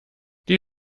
die